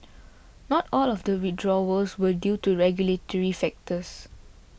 not all of the withdrawals were due to regulatory factors